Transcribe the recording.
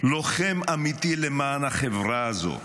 לוחם אמיתי למען החברה הזאת.